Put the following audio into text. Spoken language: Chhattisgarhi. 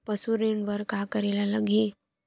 पशु ऋण बर का करे ला लगही?